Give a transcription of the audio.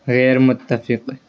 غیرمتفق